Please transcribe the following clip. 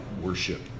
worship